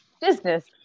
business